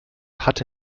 hatte